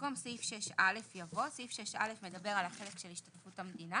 במקום סעיף 6א יבוא:" סעיף 6א מדבר על החלק של השתתפות המדינה